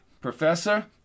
Professor